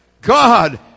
God